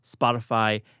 Spotify